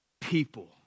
people